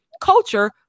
culture